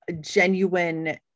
genuine